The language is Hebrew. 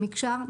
מקשר,